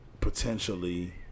potentially